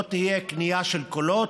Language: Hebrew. לא תהיה קנייה של קולות.